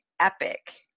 epic